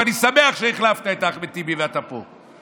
ואני שמח שהחלפת את אחמד טיבי ואתה פה,